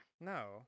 No